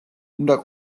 უნდა